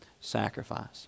sacrifice